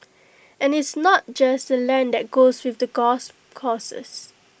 and it's not just the land that goes with the courses